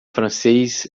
francês